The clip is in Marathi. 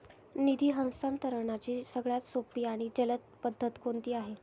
निधी हस्तांतरणाची सगळ्यात सोपी आणि जलद पद्धत कोणती आहे?